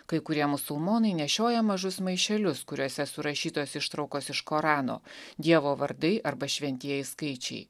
kai kurie musulmonai nešioja mažus maišelius kuriuose surašytos ištraukos iš korano dievo vardai arba šventieji skaičiai